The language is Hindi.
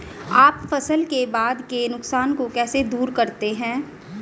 आप फसल के बाद के नुकसान को कैसे दूर करते हैं?